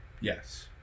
Yes